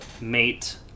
mate